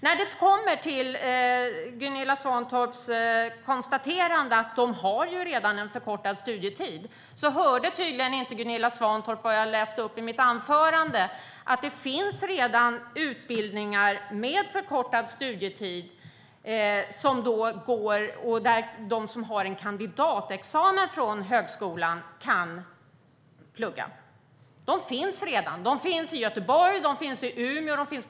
När det kommer till Gunilla Svantorps konstaterande att de redan har en förkortad studietid får jag konstatera att hon tydligen inte hörde vad jag läste upp i mitt anförande. Det finns redan utbildningar med förkortad studietid där de som har en kandidatexamen från högskolan kan plugga. De finns redan. De finns i Göteborg, i Umeå och på flera andra ställen.